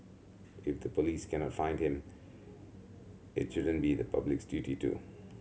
if the police cannot find him it shouldn't be the public's duty to